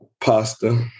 Pasta